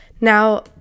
Now